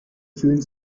fühlen